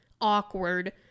awkward